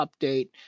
update